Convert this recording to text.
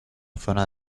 zona